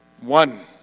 One